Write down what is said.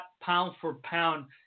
pound-for-pound